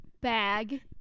bag